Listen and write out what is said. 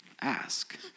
ask